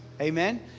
Amen